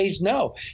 No